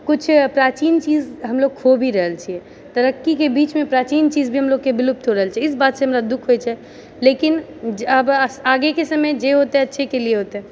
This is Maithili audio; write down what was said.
किछु प्राचीन चीज हमलोग खो भी रहल छियै तरक्कीके बीचमे प्राचीन चीज भी हमलोगके विलुप्त हो रहल छै इस बात से हमरा दुख होइत छै लेकिन अब आगेके समय जे होतै अच्छेके लिए होतै